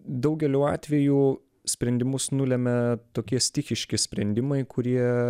daugeliu atvejų sprendimus nulemia tokie stichiški sprendimai kurie